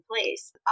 place